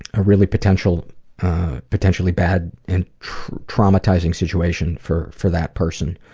a really potentially potentially bad and traumatizing situation for for that person.